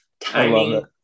timing